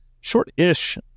short-ish